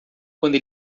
quando